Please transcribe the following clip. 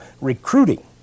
Recruiting